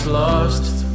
lost